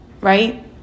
right